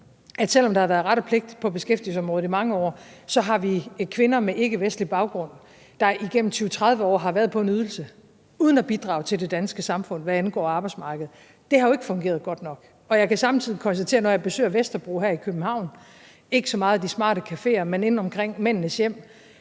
selv om der har været ret og pligt på beskæftigelsesområdet i mange år, har vi kvinder med ikkevestlig baggrund, der igennem 20-30 år har været på en ydelse uden at bidrage til det danske samfund, hvad angår arbejdsmarkedet. Det har jo ikke fungeret godt nok, og jeg kan samtidig konstatere, at når jeg besøger Vesterbro her i København – ikke så meget de smarte cafeer, men inde omkring Mændenes hjem